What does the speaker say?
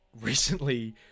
recently